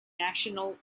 national